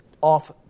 off